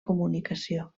comunicació